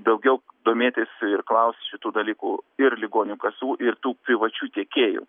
daugiau domėtis ir klaust šitų dalykų ir ligonių kasų ir tų privačių tiekėjų